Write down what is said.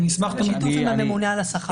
זה במסגרת הממונה על השכר.